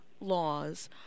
laws